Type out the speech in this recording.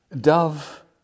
Dove